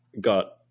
got